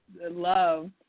love